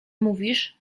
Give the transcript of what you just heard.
mówisz